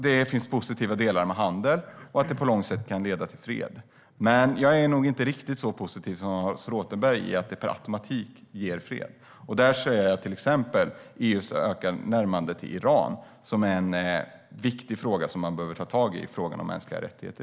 Det finns positiva delar med handel, och jag tror att det på lång sikt kan leda till fred. Men jag är nog inte riktigt så positiv som Hans Rothenberg med att det per automatik ger fred. Där ser jag till exempel EU:s ökade närmande till Iran. Det är en viktig fråga som man bör ta tag i när det gäller mänskliga rättigheter.